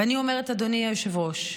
ואני אומרת, אדוני היושב-ראש: